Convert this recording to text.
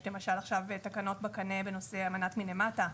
למשל, יש תקנות בקנה בנושא אמנת מלמטה,